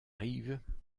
rive